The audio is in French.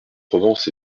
provence